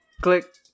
Click